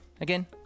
again